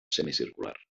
semicircular